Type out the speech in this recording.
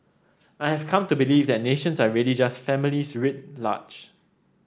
I have come to believe that nations are really just families writ large